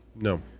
No